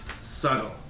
subtle